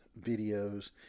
videos